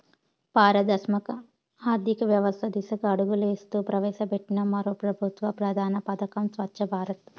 పారదర్శక ఆర్థికవ్యవస్త దిశగా అడుగులేస్తూ ప్రవేశపెట్టిన మరో పెబుత్వ ప్రధాన పదకం స్వచ్ఛ భారత్